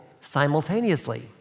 simultaneously